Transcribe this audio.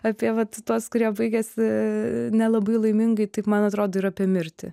apie tuos kurie baigėsi nelabai laimingai taip man atrodo ir apie mirtį